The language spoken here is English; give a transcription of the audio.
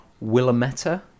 Willamette